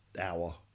hour